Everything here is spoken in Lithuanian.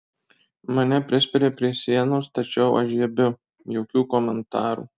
mane prispiria prie sienos tačiau aš žiebiu jokių komentarų